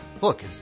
look